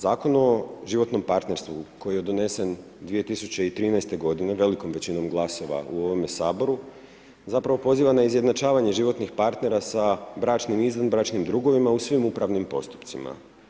Zakon o životnom partnerstvu koji je donesen 2013. godine velikom većinom glasova u ovome Saboru zapravo poziva na izjednačavanje životnih partnera sa bračnim i izvanbračnim drugovima u svim upravnim postupcima.